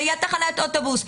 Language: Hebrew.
ליד תחנת האוטובוס.